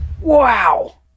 Wow